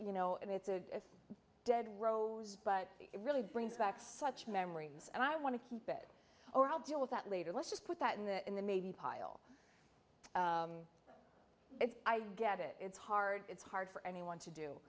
you know and it's a dead rose but it really brings back such memories and i want to keep it or i'll deal with that later let's just put that in the in the maybe pile if i get it it's hard it's hard for anyone to do